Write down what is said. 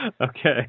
Okay